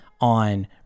on